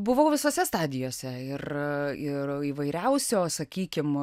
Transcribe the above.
buvau visose stadijose ir įvairiausio sakykim